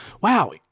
Wow